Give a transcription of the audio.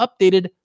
updated